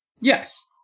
Yes